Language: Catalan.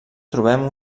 trobem